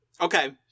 Okay